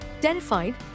Terrified